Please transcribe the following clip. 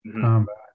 combat